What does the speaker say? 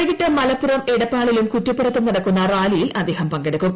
വൈകിട്ട് മലപ്പുറം എടപ്പാളിലും കുറ്റിപ്പുറത്തും നടക്കുന്ന റാലിയിൽ അദ്ദേഹം പങ്കെടുക്കും